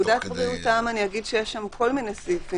בפקודת בריאות העם יש כל מיני סעיפים.